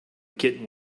kitten